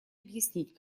объяснить